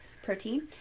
protein